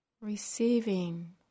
Receiving